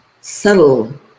subtle